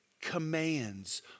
commands